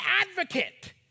advocate